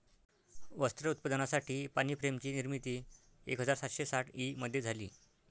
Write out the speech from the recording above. वस्त्र उत्पादनासाठी पाणी फ्रेम ची निर्मिती एक हजार सातशे साठ ई मध्ये झाली